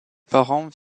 parents